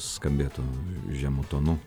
skambėtų žemu tonu